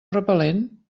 repel·lent